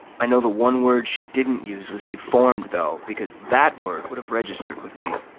i know the one word she didn't use was deformed, though, because that word would have registered with me.